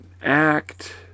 act